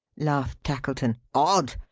laughed tackleton. odd!